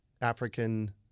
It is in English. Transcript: African